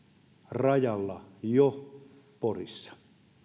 rajalla jo porissa